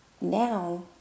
now